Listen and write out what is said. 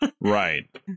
Right